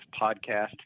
podcast